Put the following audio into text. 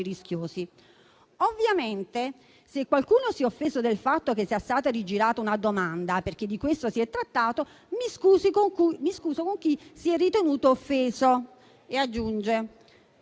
rischiosi. Ovviamente, se qualcuno si è offeso del fatto che sia stata rigirata una domanda (...), perché di questo si è trattato, mi scuso con chi si è ritenuto offeso. Per